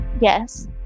Yes